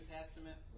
Testament